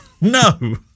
No